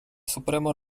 supremo